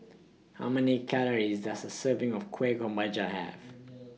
How Many Calories Does A Serving of Kueh Kemboja Have